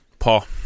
Paul